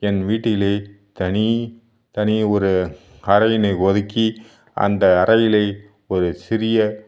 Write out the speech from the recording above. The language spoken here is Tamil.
என் வீட்டில் தனி தனியே ஒரு அறையினை ஒதுக்கி அந்த அறையில் ஒரு சிறிய